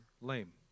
lame